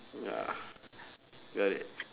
ya got it